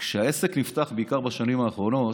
כשהעסק נפתח, בעיקר בשנים האחרונות,